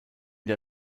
der